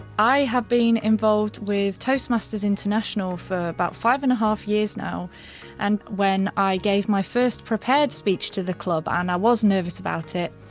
i have been involved with toastmasters international for about five and a half years now and when i gave my first prepared speech to the club, ah and i was nervous about it,